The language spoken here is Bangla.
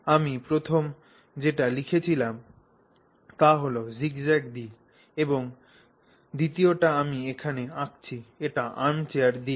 আমি প্রথম যেটি লিখেছিলাম তা হল জিগজ্যাগ দিক এবং দ্বিতীয়টি আমি এখানে আঁকছি এটি আর্মচেয়ার দিক